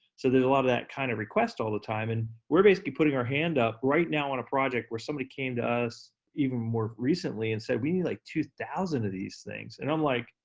so there's a lot of that kind of request all the time, and we're basically putting our hand up right now on a project, where somebody came to us even more recently and said, we need like two thousand of these things. and i'm like,